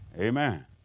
amen